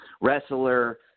wrestler